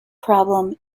problem